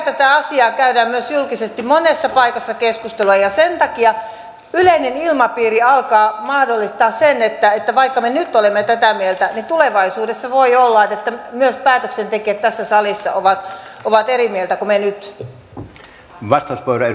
tästä asiasta käydään myös julkisesti monessa paikassa keskustelua ja sen takia yleinen ilmapiiri alkaa mahdollistaa sen että vaikka me nyt olemme tätä mieltä niin tulevaisuudessa voi olla että myös päätöksentekijät tässä salissa ovat eri mieltä kuin me nyt